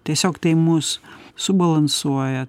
tiesiog tai mus subalansuoja